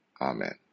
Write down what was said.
Amen